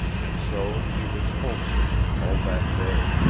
and so she was homesick, all that day,